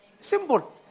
Simple